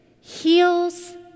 heals